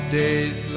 days